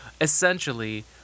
Essentially